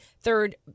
third